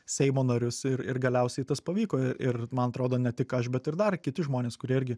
seimo narius ir ir galiausiai tas pavyko ir man atrodo ne tik aš bet ir dar kiti žmonės kurie irgi